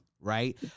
right